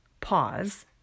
pause